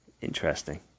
Interesting